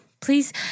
Please